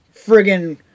friggin